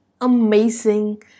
amazing